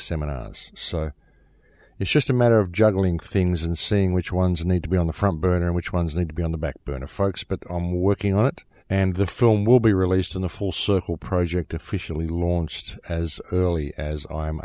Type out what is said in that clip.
seminar so it's just a matter of juggling things and seeing which ones need to be on the front burner and which ones need to be on the back burner folks but i'm working on it and the film will be released in a full circle project officially launched as early as i